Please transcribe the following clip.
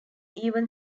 even